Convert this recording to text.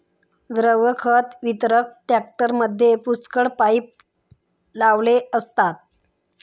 द्रव खत वितरक टँकरमध्ये पुष्कळ पाइप लावलेले असतात